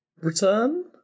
return